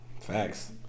Facts